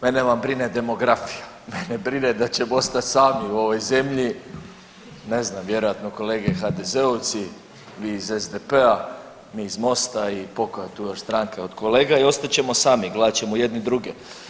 Mene vam brine demografija, mene brine da ćemo ostat sami u ovoj zemlji, ne znam, vjerojatno kolege HDZ-ovci, vi iz SDP-a, mi iz Mosta i pokoja tu još stranka od kolega i ostat ćemo sami i gledat ćemo jedni druge.